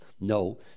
No